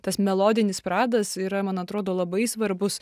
tas melodinis pradas yra man atrodo labai svarbus